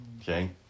Okay